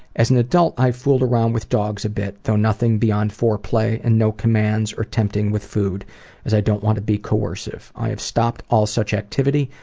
as an adult i've fooled around with dogs a bit, though nothing beyond foreplay and no commands or tempting with food as i don't want to be coercive. i have stopped all such activity,